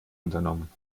unternommen